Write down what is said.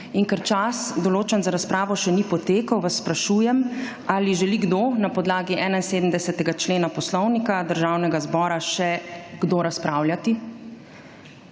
Ker čas, določen za razpravo, še ni potekel, vas sprašujem, ali želi kdo na podlagi 71. člena Poslovnika Državnega zbora še razpravljati?